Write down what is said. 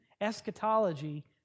eschatology